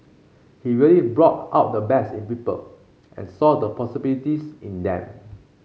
he really brought out the best in people and saw the possibilities in them